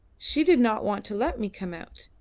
she did not want to let me come out,